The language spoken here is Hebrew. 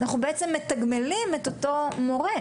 אנחנו בעצם מתגמלים את אותו מורה.